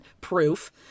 Proof